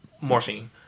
morphine